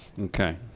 Okay